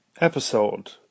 episode